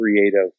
creative